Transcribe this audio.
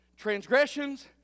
transgressions